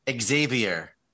Xavier